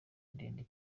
ndende